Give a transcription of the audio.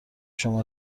شما